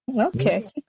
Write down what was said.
Okay